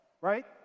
right